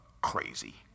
crazy